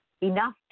enough